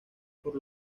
por